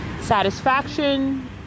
satisfaction